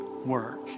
work